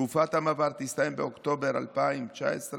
תקופת המעבר הסתיימה באוקטובר 2019,